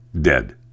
dead